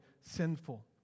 sinful